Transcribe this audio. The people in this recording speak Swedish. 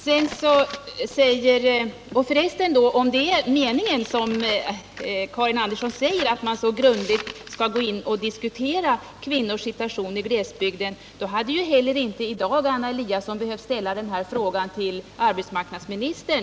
Om det för resten är meningen, som Karin Andersson säger, att man så grundligt skall diskutera kvinnornas situation i glesbygd, hade Anna Eliasson i dag inte behövt ställa denna fråga till arbetsmarknadsministern.